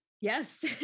Yes